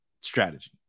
strategy